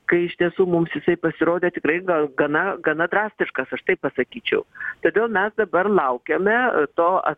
kai iš tiesų mums jisai pasirodė tikrai gal gana gana drastiškas aš taip pasakyčiau todėl mes dabar laukiame to